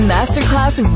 Masterclass